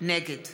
נגד